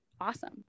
awesome